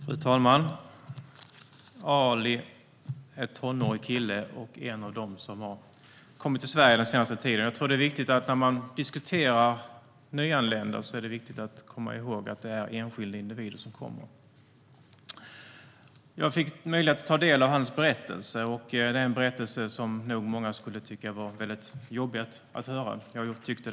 Fru talman! Ali är en tonårig kille och en av dem som har kommit till Sverige den senaste tiden. När man diskuterar nyanlända är det viktigt att komma ihåg att det är enskilda individer som kommer. Jag fick möjlighet att ta del av hans berättelse. Det är en berättelse som många nog skulle tycka var jobbig att höra. Det tyckte jag.